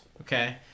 okay